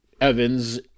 Evans